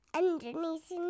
underneath